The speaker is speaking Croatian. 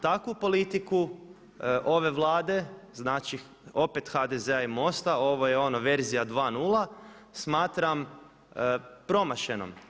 Takvu politiku ove Vlade, znači opet HDZ-a i MOST-a, ovo je ono verzija 2:0 smatram promašenom.